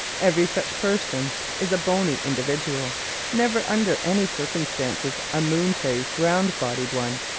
every such person is a bony individual never under any circumstances a moon-faced, round-bodied one.